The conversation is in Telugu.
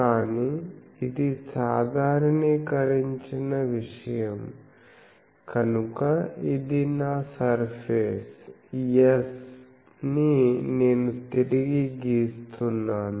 కానీ ఇది సాధారణీకరించిన విషయం కనుక ఇది నా సర్ఫేస్ S ని నేను తిరిగి గీస్తున్నాను